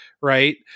Right